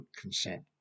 consent